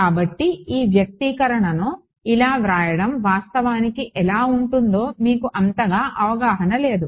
కాబట్టి ఈ వ్యక్తీకరణను ఇలా వ్రాయడం వాస్తవానికి ఎలా ఉంటుందో మీకు అంతగా అవగాహన లేదు